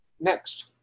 next